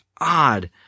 odd